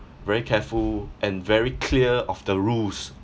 very careful and very clear of the rules